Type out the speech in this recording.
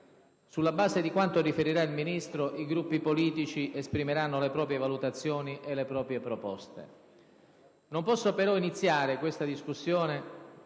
Sulla base di quanto riferirà il Ministro, i Gruppi politici esprimeranno le proprie valutazioni e le proprie proposte. Non posso però iniziare questa discussione